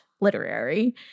literary